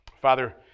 Father